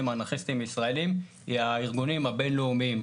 ואנרכיסטים ישראלים היא הארגונים הבין-לאומיים,